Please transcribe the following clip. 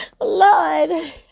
Lord